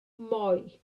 moi